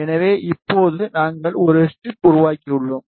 எனவே இப்போது நாங்கள் ஒரு ஸ்ட்ரிப் உருவாக்கியுள்ளோம்